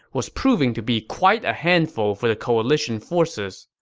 was proving to be quite a handful for the coalition forces.